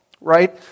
right